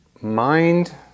mind